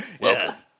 Welcome